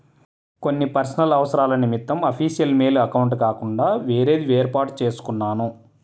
కొన్ని పర్సనల్ అవసరాల నిమిత్తం అఫీషియల్ మెయిల్ అకౌంట్ కాకుండా వేరేది వేర్పాటు చేసుకున్నాను